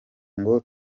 ngo